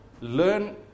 learn